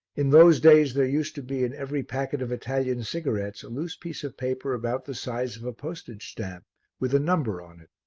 in those days there used to be in every packet of italian cigarettes a loose piece of paper about the size of a postage stamp with a number on it.